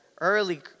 early